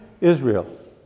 Israel